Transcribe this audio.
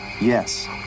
yes